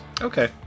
Okay